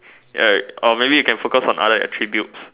ya or maybe you can focus on other attributes